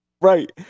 Right